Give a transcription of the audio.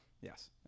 Yes